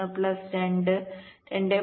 1 plus 2 2